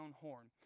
horn